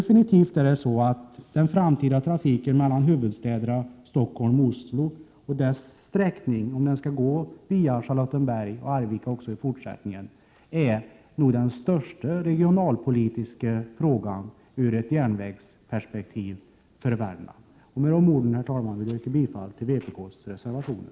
Frågan om den framtida sträckningen av trafiken mellan huvudstäderna Stockholm och Oslo, och om den skall gå via Charlottenberg och Arvika också i fortsättningen, är nog den största regionalpolitiska frågan sedd i ett värmländskt järnvägsperspektiv. Med dessa ord, herr talman, vill jag yrka bifall till vpk:s reservationer.